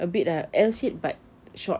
a bit lah L shaped but short